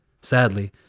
Sadly